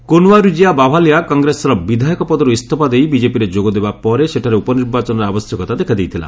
କୁନୱାରିଜିଆ ବାଭାଲିଆ କଂଗ୍ରେସର ବିଧାୟକ ପଦରୁ ଇସ୍ତଫା ଦେଇ ବିଜେପିରେ ଯୋଗଦେବା ପରେ ସେଠାରେ ଉପନିର୍ବାଚନର ଆବଶ୍ୟକତା ଦେଖାଦେଇଥିଲା